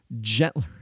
gentler